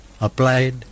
applied